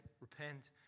repent